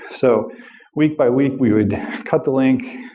so week by week we would cut the link,